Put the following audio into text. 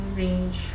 range